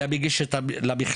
היה מגיש למכללה,